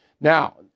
Now